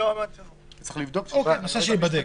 זה נושא שייבדק.